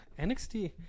nxt